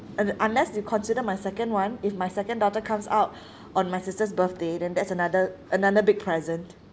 and unless you consider my second one if my second daughter comes out on my sister's birthday then that's another another big present